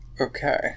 Okay